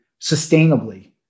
sustainably